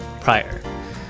prior